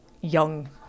young